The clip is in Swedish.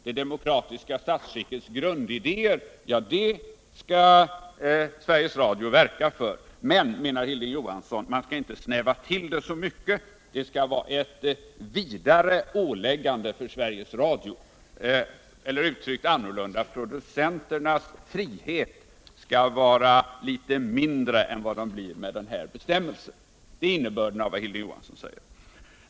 Det demokratiska statsskickets grundidéer skall Sveriges Radio verka för, men — menar Hilding Johansson — man skall inte snäva till det för mycket, det skall vara ett vidare åläiggande för Sveriges Radio. Eller annorlunda uttryckt: Producenternas frihet skall vara litet mindre än vad den blir med den här bestämmelsen. Det är innebörden av vad Hilding Johansson säger.